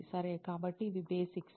సరే కాబట్టి ఇవి బేసిక్స్